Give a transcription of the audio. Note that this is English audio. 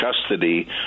custody